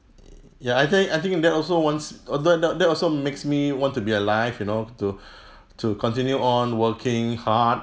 ya I think I think that also wants uh that that that also makes me want to be alive you know to to continue on working hard